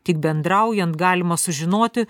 tik bendraujant galima sužinoti